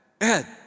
Ed